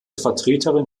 vertreterin